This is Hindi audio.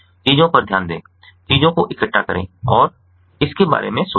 चीजों पर ध्यान दें चीजों को इकट्ठा करें और इसके बारे में सोचें